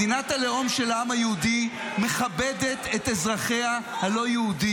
מדינת הלאום של העם היהודי מכבדת את אזרחיה הלא-יהודים.